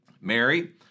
Mary